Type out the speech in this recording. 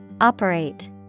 Operate